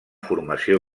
formació